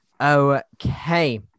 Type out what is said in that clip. Okay